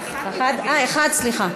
אה, אחד, סליחה.